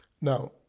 Now